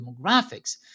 demographics